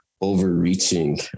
overreaching